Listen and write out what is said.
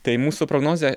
tai mūsų prognozė